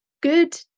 good